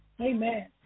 Amen